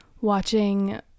watching